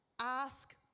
ask